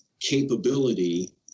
capability